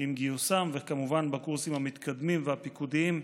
עם גיוסם, וכמובן בקורסים המתקדמים והפיקודיים.